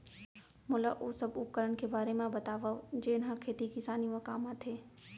मोला ओ सब उपकरण के बारे म बतावव जेन ह खेती किसानी म काम आथे?